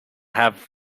have